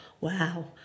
Wow